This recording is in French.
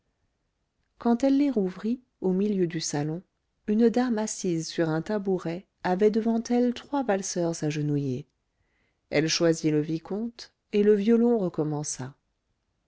quand elle les rouvrit au milieu du salon une dame assise sur un tabouret avait devant elle trois valseurs agenouillés elle choisit le vicomte et le violon recommença